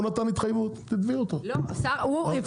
הוא נתן התחייבות, תתבעי אותו.